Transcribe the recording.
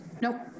Nope